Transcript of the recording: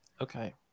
Okay